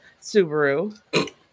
Subaru